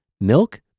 milk